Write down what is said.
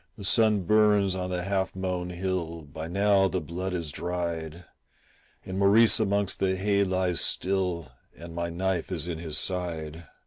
the sun burns on the half-mown hill, by now the blood is dried and maurice amongst the hay lies still and my knife is in his side.